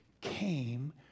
came